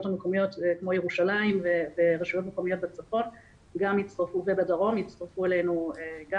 המקומיות כמו ירושלים ורשויות מקומיות בצפון ובדרום יצטרפו אלינו.